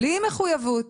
בלי מחויבות